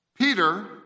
Peter